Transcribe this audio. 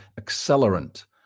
accelerant